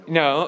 no